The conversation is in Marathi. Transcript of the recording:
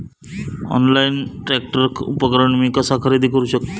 ऑनलाईन ट्रॅक्टर उपकरण मी कसा खरेदी करू शकतय?